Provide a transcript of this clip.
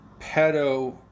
pedo